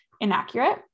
inaccurate